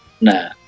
Nah